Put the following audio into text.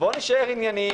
בואו נישאר ענייניים.